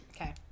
Okay